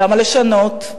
למה לשנות?